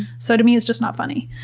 so to me it's just not funny.